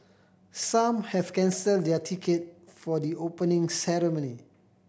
some have cancelled their ticket for the Opening Ceremony